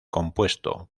compuesto